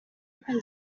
open